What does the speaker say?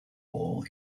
war